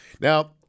Now